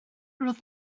roedd